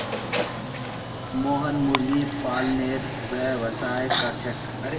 मोहन मुर्गी पालनेर व्यवसाय कर छेक